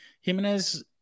Jimenez